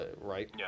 right